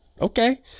okay